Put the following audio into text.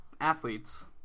athletes